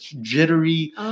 jittery